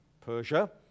Persia